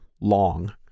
long